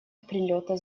прилета